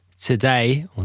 today